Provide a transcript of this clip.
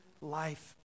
life